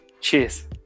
Cheers